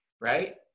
right